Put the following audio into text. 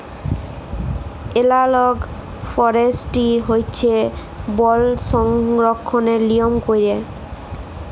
এলালগ ফরেস্টিরি হছে বল সংরক্ষলের লিয়ম ক্যইরে